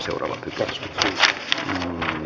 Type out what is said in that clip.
selonteko hyväksyttiin